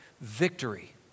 Victory